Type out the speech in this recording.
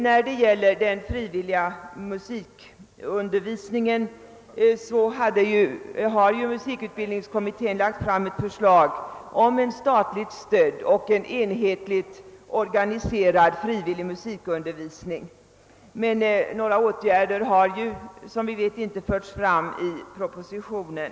När det gäller den frivilliga musikundervisningen har musikutbildningskommittén lagt fram ett förslag om en statligt stödd och enhetligt organiserad frivillig musikundervisning, men några åtgärder har — som vi vet — inte föreslagits i propositionen.